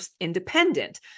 independent